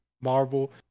marvel